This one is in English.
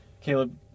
Caleb